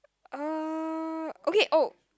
ah okay oh